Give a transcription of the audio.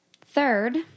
Third